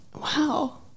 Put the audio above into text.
Wow